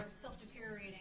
self-deteriorating